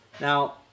Now